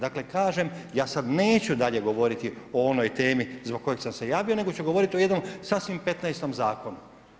Dakle kažem, ja sada neću dalje govoriti o onoj temi zbog koje sam se javio nego ću govoriti o jednom sasvim 15.-tom zakonu.